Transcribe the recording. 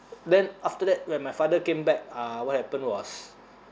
then after that when my father came back uh what happen was